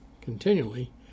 continually